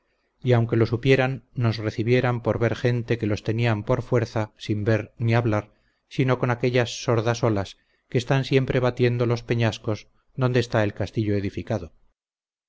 y aunque lo supieran nos recibieran por ver gente que los tenían por fuerza sin ver ni hablar sino con aquellas sordas olas que están siempre batiendo los peñascos donde esta el castillo edificado